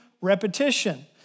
repetition